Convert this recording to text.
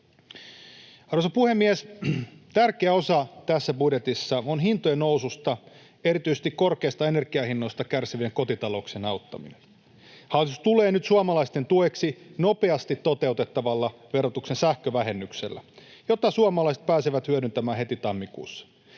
Arvoisa puhemies! Tärkeä osa tätä budjettia on hintojen noususta, erityisesti korkeista energiahinnoista, kärsivien kotitalouksien auttaminen. Hallitus tulee nyt suomalaisten tueksi nopeasti toteutettavalla verotuksen sähkövähennyksellä, jota suomalaiset pääsevät hyödyntämään heti tammikuussa.